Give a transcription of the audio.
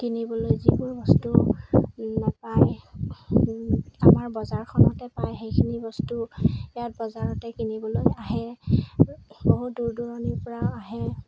কিনিবলৈ যিবোৰ বস্তু নাপায় আমাৰ বজাৰখনতে পায় সেইখিনি বস্তু ইয়াত বজাৰতে কিনিবলৈ আহে বহুত দূৰ দূৰণিৰ পৰাও আহে